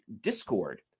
Discord